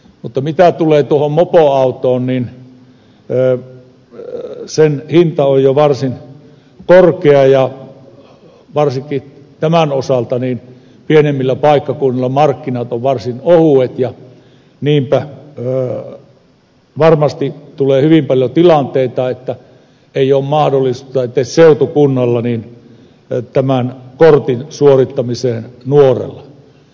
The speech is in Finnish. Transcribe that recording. mutta mitä tulee tuohon mopoautoon niin sen hinta on jo varsin korkea ja varsinkin tämän osalta pienemmillä paikkakunnilla markkinat ovat varsin ohuet ja niinpä varmasti tulee hyvin paljon tilanteita että ei ole edes mahdollisuutta seutukunnalla tämän kortin suorittamiseen nuorella